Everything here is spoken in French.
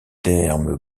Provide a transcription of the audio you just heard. terme